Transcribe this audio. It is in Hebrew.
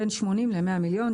בין 80 ל-100 מיליון,